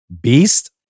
Beast